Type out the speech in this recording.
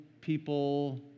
people